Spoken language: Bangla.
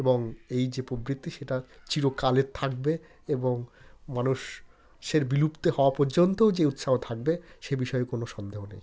এবং এই যে প্রবৃত্তি সেটা চিরকালের থাকবে এবং মানুষের বিলুপ্তি হওয়া পর্যন্ত যে উৎসাহ থাকবে সে বিষয়ে কোনও সন্দেহ নেই